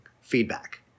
feedback